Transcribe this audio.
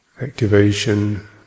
Activation